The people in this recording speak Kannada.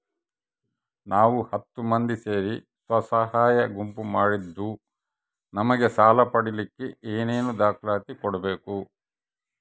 ನಾವು ಹತ್ತು ಮಂದಿ ಸೇರಿ ಸ್ವಸಹಾಯ ಗುಂಪು ಮಾಡಿದ್ದೂ ನಮಗೆ ಸಾಲ ಪಡೇಲಿಕ್ಕ ಏನೇನು ದಾಖಲಾತಿ ಕೊಡ್ಬೇಕು?